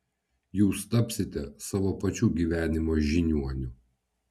jūs tapsite savo pačių gyvenimo žiniuoniu